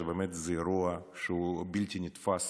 זה באמת אירוע שהוא בלתי נתפס